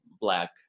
black